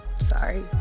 Sorry